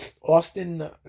Austin